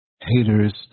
haters